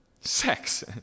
sex